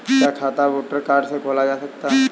क्या खाता voter card से खोला जा सकता है?